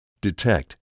Detect